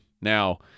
Now